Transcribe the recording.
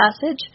passage